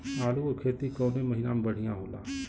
आलू क खेती कवने महीना में बढ़ियां होला?